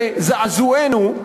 לזעזוענו,